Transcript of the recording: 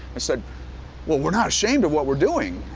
i said well we're not shamed of what were doing!